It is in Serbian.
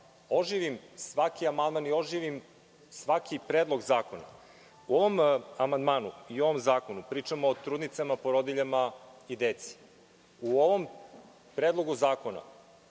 oživim svaki amandman i oživim svaki Predlog zakona.U ovom amandmanu i ovom zakonu pričamo o trudnicama, porodiljama i deci. U ovom Predlogu zakona